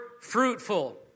fruitful